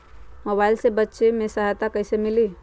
Mobile से बेचे में सहायता कईसे मिली?